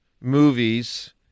movies